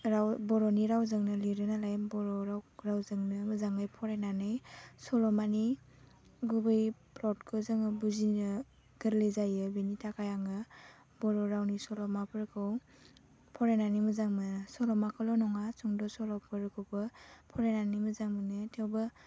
राव बर'नि रावजोंनो लिरो नालाय बर' रावजोंनो मोजाङै फरायनानै सल'मानि गुबै प्लटखौ जोङो बुजिनो गोरलै जायो बेनि थाखाय आङो बर' रावनि सल'माफोरखौ फरायनानै मोजां मोनो सल'माखौल' नङा सुंद' सल'फोरखौबो फरायनानै मोजां मोनो थेवबो